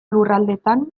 lurraldetan